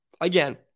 Again